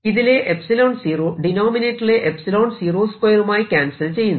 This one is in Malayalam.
ഇതിലെ 𝜖0 ഡിനോമിനേറ്ററിലെ 𝜖0 2 മായി ക്യാൻസൽ ചെയ്യുന്നു